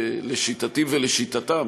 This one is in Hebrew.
שלשיטתי ולשיטתם,